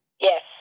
Yes